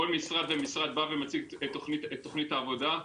כל משרד ומשרד בא ומציג את תוכנית העבודה,